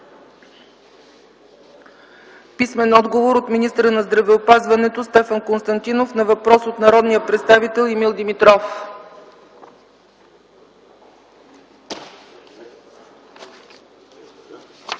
Данаилов; - от министъра на здравеопазването Стефан Константинов на въпрос от народния представител Емил Димитров.